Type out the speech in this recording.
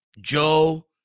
joe